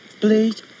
please